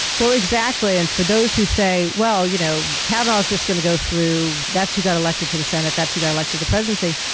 well, exactly, and for those who say, well, you know, kavanaugh's just going to go through, that's who got elected to the senate, that's who got elected to the presidency,